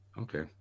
Okay